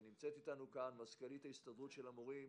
שנמצאת אתנו כאן, מזכ"לית ההסתדרות של המורים.